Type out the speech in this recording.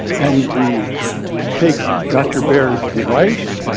and we take ah dr. bare's device